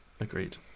agreed